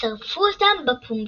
שרפו אותם בפומבי.